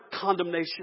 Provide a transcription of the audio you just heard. condemnation